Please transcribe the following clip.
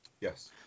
Yes